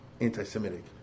anti-Semitic